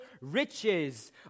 riches